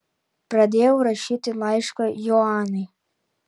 pradėjau rašyti laišką joanai